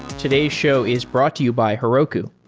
today's show is brought to you by heroku,